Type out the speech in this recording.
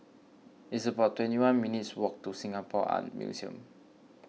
it's about twenty one minutes' walk to Singapore Art Museum